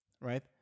right